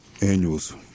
annuals